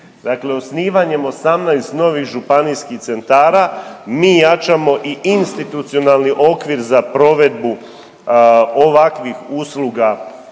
Dakle, osnivanjem 18 novih županijskih centara mi jačamo i institucionalni okvir za provedbu ovakvih usluga